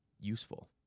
useful